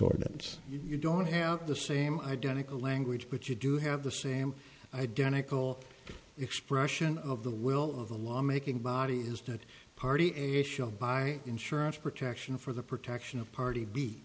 ordinance you don't have the same identical language but you do have the same identical expression of the will of the law making bodies that party by insurance protection for the protection of party b